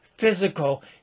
physical